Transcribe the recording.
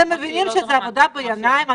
אתם מבינים שזו עבודה בעיניים?